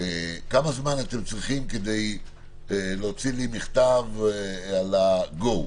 כמה זמן אתם צריכים כדי להוציא לי מכתב על ה-go,